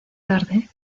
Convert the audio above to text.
tarde